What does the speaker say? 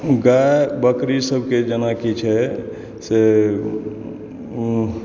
गाय बकरी सबके जेना की छै से